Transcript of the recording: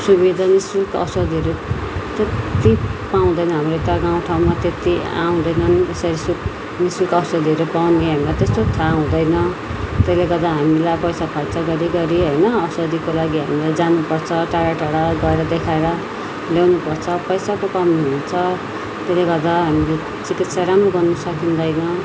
सुविधा निशुःल्क औषधीहरू हामीले त्यति पाउँदैन हाम्रो यता गाउँ ठाउँमा त्यति आउँदैनन् निशुःल्क औषधीहरू पाउने हामीलाई त्यस्तो ठाउँ हुँदैन त्यसले गर्दा हामीलाई पैसा खर्च गरी गरी होइन औषधीको लागि हामीलाई जानु पर्छ टाढा टाढा गएर देखाएर ल्याउनु पर्छ पैसाको कमी हुन्छ त्यसैले हामीले चिकित्सा राम्रो गर्न सकिँदैन